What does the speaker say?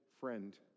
friend